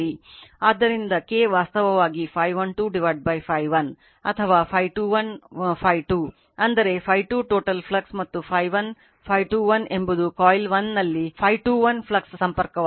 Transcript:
ಆದ್ದರಿಂದ K ವಾಸ್ತವವಾಗಿ Φ 1 2Φ 1 ಅಥವಾ Φ 2 1 Φ 2 ಅಂದರೆ Φ 2 total ಫ್ಲಕ್ಸ್ ಮತ್ತು ಫ್ಲಕ್ಸ್ 1 Φ 2 1 ಎಂಬುದು ಕಾಯಿಲ್ 1 ನಲ್ಲಿ Φ 2 1 ಫ್ಲಕ್ಸ್ ಸಂಪರ್ಕವಾಗಿದೆ